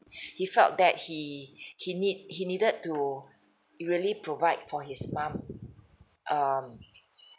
he felt that he he need he needed to really provide for his mum um